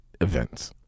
events